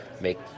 make